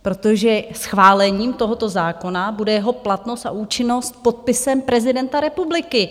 Protože schválením tohoto zákona bude jeho platnost a účinnost podpisem prezidenta republiky.